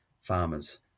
farmers